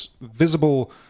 visible